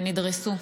ונדרסו.